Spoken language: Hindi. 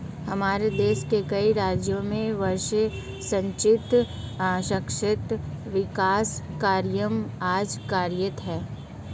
हमारे देश के कई राज्यों में वर्षा सिंचित क्षेत्र विकास कार्यक्रम आज कार्यरत है